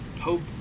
pope